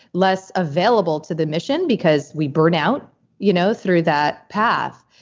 less available to the mission because we burn out you know through that path.